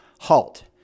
HALT